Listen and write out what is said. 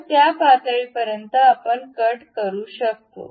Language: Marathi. तर त्या पातळीपर्यंत आपण कट करू शकतो